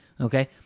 Okay